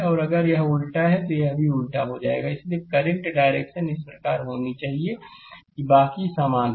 और अगर यह उल्टा है तो यह भी उलट जाएगा इसलिए करंट डायरेक्शन इस प्रकार होनी चाहिए कि बाकी समान रहे